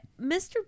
Mr